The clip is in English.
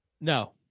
No